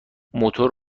موتور